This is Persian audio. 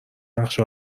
نقش